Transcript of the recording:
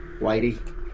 Whitey